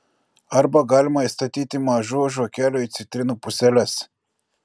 arba galima įstatyti mažų žvakelių į citrinų puseles